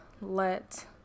let